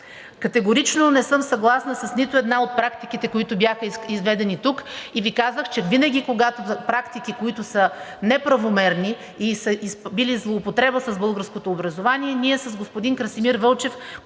Категорично не съм съгласна с нито една от практиките, които бяха изведени тук, и Ви казах, че винаги, когато практики, които са неправомерни и са били злоупотреба с българското образование – ние с господин Красимир Вълчев,